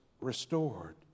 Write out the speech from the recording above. restored